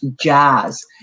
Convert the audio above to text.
jazz